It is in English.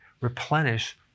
replenish